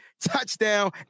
touchdown